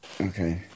Okay